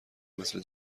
مثل